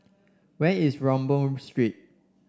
where is Rambau Street